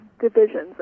divisions